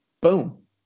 boom